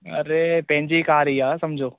अरे पंहिंजी कार ई आहे सम्झो